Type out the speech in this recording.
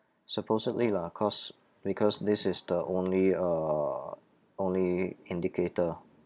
supposedly lah cause because this is the only uh only indicator